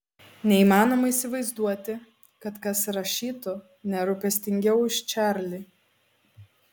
neįmanoma įsivaizduoti kad kas rašytų nerūpestingiau už čarlį